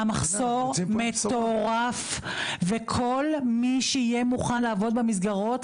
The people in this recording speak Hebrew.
המחסור מטורף וכל מי שיהיה מוכן לעבוד במסגרות,